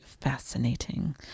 fascinating